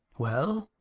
well?